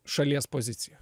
šalies pozicija